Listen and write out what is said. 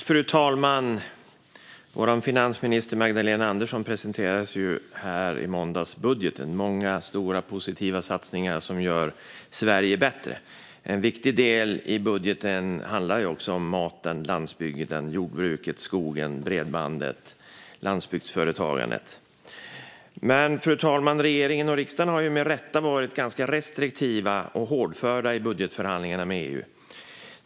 Fru talman! Vår finansminister Magdalena Andersson presenterade här i måndags budgeten med många stora, positiva satsningar som gör Sverige bättre. En viktig del i budgeten handlar om maten, landsbygden, jordbruket, skogen, bredbandet och landsbygdsföretagandet. Fru talman! Regeringen och riksdagen har med rätta varit ganska restriktiva och hårdföra i budgetförhandlingarna med EU.